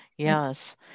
Yes